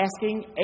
asking